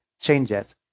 changes